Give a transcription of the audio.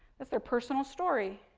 that's their personal story.